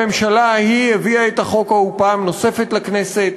הממשלה ההיא הביאה את החוק ההוא פעם נוספת לכנסת,